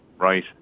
right